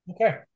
Okay